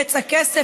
בצע כסף,